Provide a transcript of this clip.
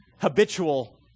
habitual